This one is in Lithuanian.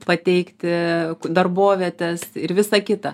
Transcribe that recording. pateikti darbovietes ir visa kita